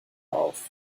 auf